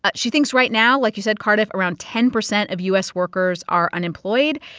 but she thinks right now, like you said, cardiff, around ten percent of u s. workers are unemployed.